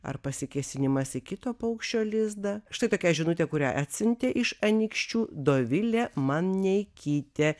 ar pasikėsinimas į kito paukščio lizdą štai tokia žinutė kurią atsiuntė iš anykščių dovilė maneikytė